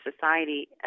society